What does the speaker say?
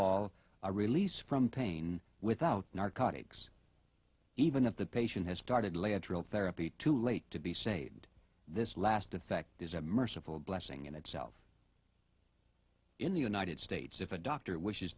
all a release from pain without narcotics even if the patient has started lateral therapy too late to be saved this last effect is a merciful blessing in itself in the united states if a doctor wishes